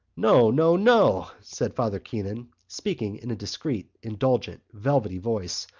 no, no, no! said father keon, speaking in a discreet, indulgent, velvety voice.